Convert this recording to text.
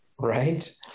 Right